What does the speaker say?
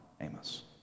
Amos